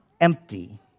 empty